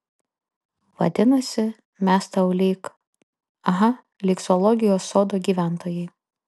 vadinasi mes tau lyg aha lyg zoologijos sodo gyventojai